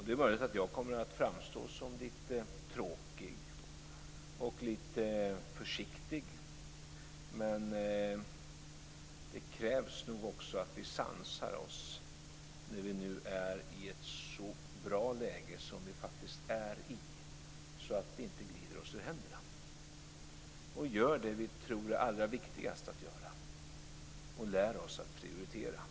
Det är möjligt att jag kommer att framstå som lite tråkig och lite försiktig, men det krävs nog också att vi sansar oss när vi nu befinner oss i ett så bra läge som vi faktiskt gör, så att det inte glider oss ur händerna. Vi måste göra det vi tror är allra viktigast och lära oss att prioritera.